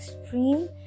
extreme